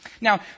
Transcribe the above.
Now